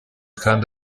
kandi